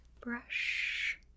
brush